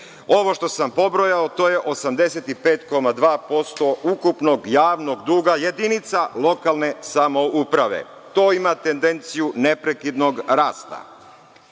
Ovo što sam pobrojao to je 85,2% ukupnog javnog duga jedinica lokalne samouprave. To ima tendenciju neprekidnog rasta. Kako